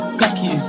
cocky